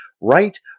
right